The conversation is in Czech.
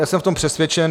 Jsem o tom přesvědčen.